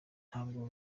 ntabwo